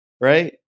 Right